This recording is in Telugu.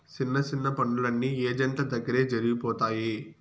సిన్న సిన్న పనులన్నీ ఏజెంట్ల దగ్గరే జరిగిపోతాయి